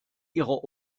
ihrer